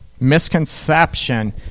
misconception